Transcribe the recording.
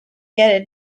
get